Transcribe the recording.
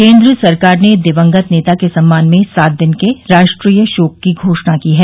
केन्द्र सरकार ने दिवंगत नेता के सम्मान में सात दिन के राष्ट्रीय शोक की घोषणा की है